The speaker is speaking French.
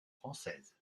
française